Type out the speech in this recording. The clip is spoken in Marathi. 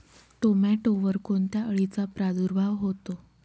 टोमॅटोवर कोणत्या अळीचा प्रादुर्भाव होतो?